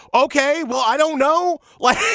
ok well i don't know what